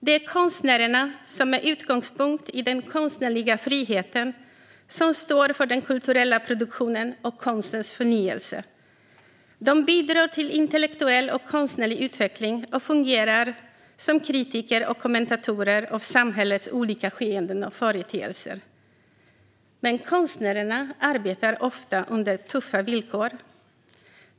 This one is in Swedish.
Det är konstnärerna som med utgångspunkt i den konstnärliga friheten står för den kulturella produktionen och konstens förnyelse. De bidrar till intellektuell och konstnärlig utveckling och fungerar som kritiker och kommentatorer av samhällets olika skeenden och företeelser. Men konstnärerna arbetar ofta under tuffa villkor.